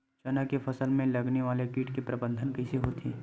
चना के फसल में लगने वाला कीट के प्रबंधन कइसे होथे?